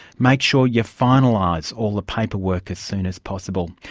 make sure you finalise all the paperwork as soon as possible.